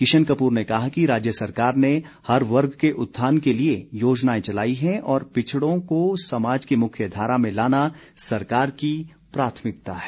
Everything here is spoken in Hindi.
किशन कपूर ने कहा कि राज्य सरकार ने हर वर्ग के उत्थान के लिए योजनाएं चलाई हैं और पिछड़ों को समाज की मुख्य धारा में लाना सरकार की प्राथमिकता है